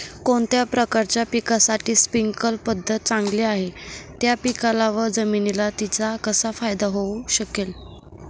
कोणत्या प्रकारच्या पिकासाठी स्प्रिंकल पद्धत चांगली आहे? त्या पिकाला व जमिनीला तिचा कसा फायदा होऊ शकेल?